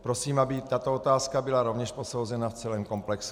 Prosím, aby tato otázka byla rovněž posouzena v celém komplexu.